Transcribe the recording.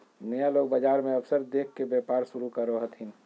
नया लोग बाजार मे अवसर देख के व्यापार शुरू करो हथिन